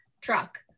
truck